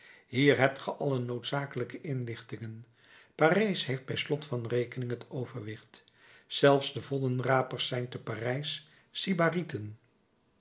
hier hebt ge alle noodzakelijke inlichtingen parijs heeft bij slot van rekening het overwicht zelfs de voddenrapers zijn te parijs